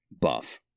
buff